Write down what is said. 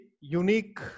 unique